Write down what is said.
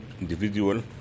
individual